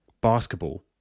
basketball